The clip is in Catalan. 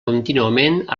contínuament